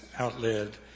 outlived